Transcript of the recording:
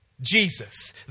Jesus